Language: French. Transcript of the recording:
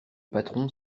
patron